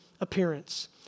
appearance